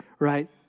Right